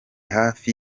hafi